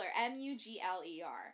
m-u-g-l-e-r